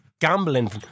gambling